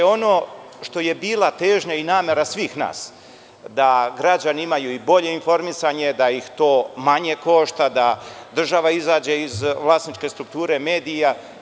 Ono što je bila težnja i namera svih nas, da građani imaju bolje informisanje, da ih to manje košta, da država izađe iz vlasničke sturkture medija.